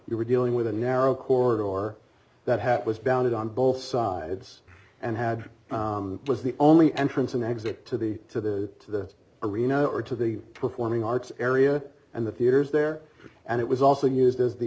you were dealing with a narrow corridor or that hat was bounded on both sides and had was the only entrance and exit to the to the arena or to the performing arts area and the theaters there and it was also used as the